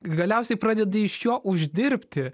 galiausiai pradedi iš jo uždirbti